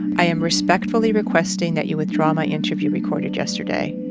i am respectfully requesting that you withdraw my interview recorded yesterday.